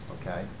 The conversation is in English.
Okay